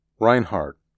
Reinhardt